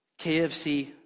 KFC